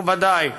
מכובדיי,